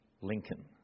Lincoln